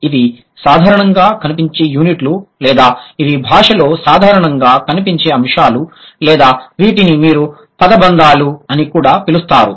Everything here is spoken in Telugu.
ఇవి సాధారణంగా కనిపించే యూనిట్లు లేదా ఇవి భాషలో సాధారణంగా కనిపించే అంశాలు లేదా వీటిని మీరు పదబంధాలు అని కూడా పిలుస్తారు